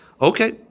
okay